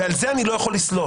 על זה אני לא יכול לסלוח.